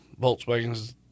Volkswagens